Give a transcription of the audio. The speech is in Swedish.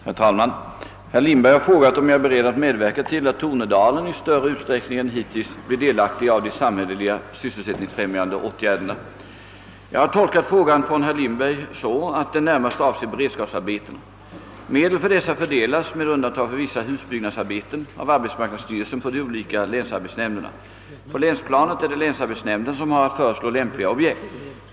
Herr talman! Herr Lindberg har frågat om jag är beredd att medverka till att Tornedalen i större utsträckning än hittills blir delaktig av de samhälleliga sysselsättningsfrämjande åtgärderna. Jag har tolkat frågan från herr Lindberg så att den närmast avser beredskapsarbetena. Medel för dessa fördelas — med undantag för vissa husbyggnadsarbeten — av arbetsmarknadsstyrelsen på de olika länsarbetsnämnderna. På länsplanet är det länsarbetsnämnden som har att föreslå lämpliga objekt.